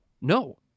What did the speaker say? no